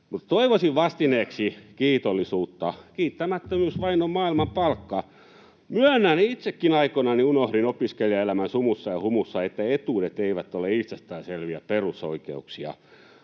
toivoisin vastineeksi kiitollisuutta. Kiittämättömyys vain on maailman palkka. Myönnän, että itsekin aikoinani unohdin opiskelijaelämän sumussa ja humussa, että etuudet eivät ole itsestäänselviä perusoikeuksia.